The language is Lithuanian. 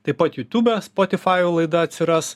taip pat jutube spotifajuj laida atsiras